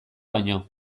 baino